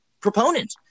proponent